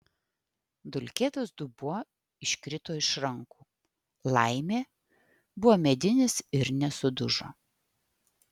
dulkėtas dubuo iškrito iš rankų laimė buvo medinis ir nesudužo